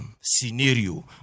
scenario